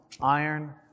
iron